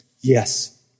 Yes